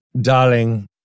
Darling